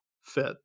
fit